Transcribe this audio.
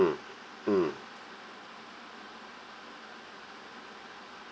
mm mm